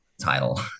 title